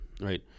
Right